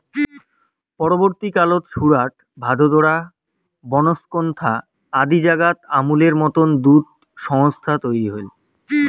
পরবর্তী কালত সুরাট, ভাদোদরা, বনস্কন্থা আদি জাগাত আমূলের মতন দুধ সংস্থা তৈয়ার হই